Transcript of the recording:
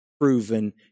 proven